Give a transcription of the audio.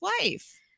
wife